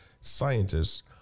scientists